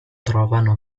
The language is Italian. trovano